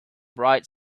bright